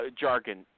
jargon